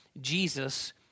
Jesus